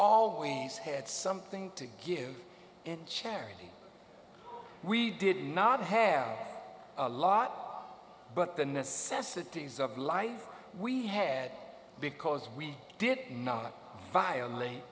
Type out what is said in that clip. always had something to give in charity we did not have a lot but the necessities of life we had because we did not violate